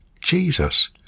Jesus